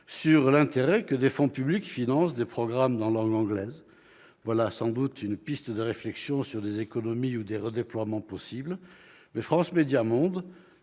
sur l'intérêt que des fonds publics financent des programmes en langue anglaise. Voilà sans doute une piste de réflexion sur des économies ou des redéploiements possibles. Mais France Médias Monde,